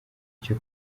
cyo